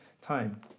time